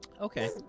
Okay